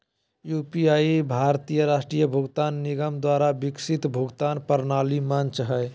UPI भारतीय राष्ट्रीय भुगतान निगम द्वारा विकसित भुगतान प्रणाली मंच हइ